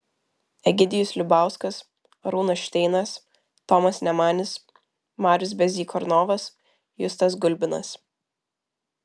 egidijus liubauskas arūnas šteinas tomas nemanis marius bezykornovas justas gulbinas